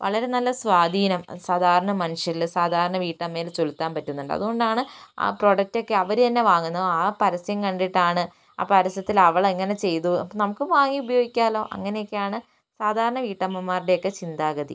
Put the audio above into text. വളരെ നല്ല സ്വാധീനം സാധാരണ മനുഷ്യരിൽ സാധാരണ വീട്ടമ്മയിൽ ചെലുത്താൻ പറ്റുന്നുണ്ട് അതുകൊണ്ടാണ് ആ പ്രോഡക്റ്റ് ഒക്കെ അവരു തന്നെ വാങ്ങുന്നത് ആ പരസ്യം കണ്ടിട്ടാണ് ആ പരസ്യത്തിൽ അവൾ എങ്ങനെ ചെയ്തു അപ്പൊ നമുക്കും വാങ്ങി ഉപയോഗിക്കാലോ അങ്ങനെ ഒക്കെയാണ് സാധരണ വീട്ടമ്മമാരുടെ ഒക്കെ ചിന്താഗതി